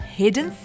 hidden